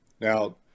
Now